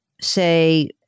Say